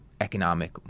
Economic